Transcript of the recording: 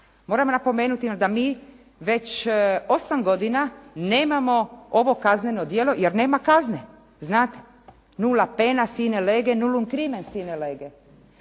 Moram napomenuti da mi već 8 godina nemamo ovo kazneno djelo, jer nema kazene znate. Nullum poena sine lege nullum crimen, sine lege.